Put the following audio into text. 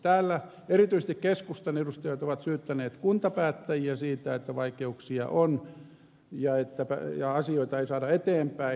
täällä erityisesti keskustan edustajat ovat syyttäneet kuntapäättäjiä siitä että vaikeuksia on ja asioita ei saada eteenpäin